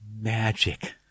magic